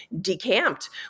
decamped